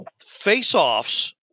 face-offs